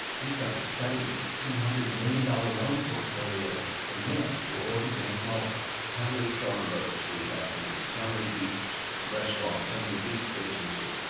he started studying his two hundred million dollars loan portfolio the minute the oil began flowing how many charter boats do we have financed? how many beach restaurants? how many beach businesses?